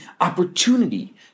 opportunity